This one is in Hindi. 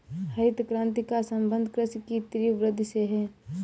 हरित क्रान्ति का सम्बन्ध कृषि की तीव्र वृद्धि से है